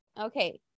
okay